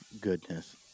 goodness